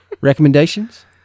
recommendations